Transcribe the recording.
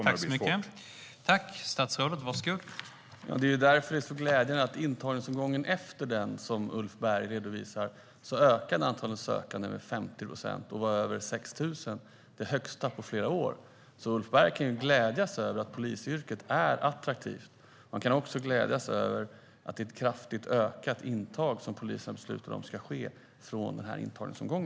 Herr talman! Därför är det glädjande att antalet sökande i intagningsomgången efter den Ulf Berg redovisar ökade med 50 procent och var över 6 000. Det är det högsta antalet på flera år. Ulf Berg kan alltså glädjas över att polisyrket är attraktivt. Vi kan också glädjas över att det kraftigt ökade intag som polisen har beslutat om ska ske från denna intagningsomgång.